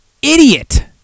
idiot